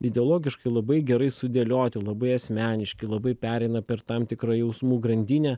ideologiškai labai gerai sudėlioti labai asmeniški labai pereina per tam tikrą jausmų grandinę